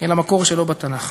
אל המקור שלו בתנ"ך.